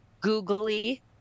googly